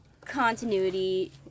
continuity